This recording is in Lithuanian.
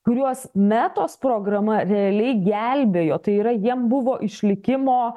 kuriuos metos programa realiai gelbėjo tai yra jiem buvo išlikimo